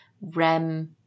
REM